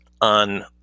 on